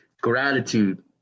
Gratitude